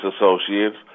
associates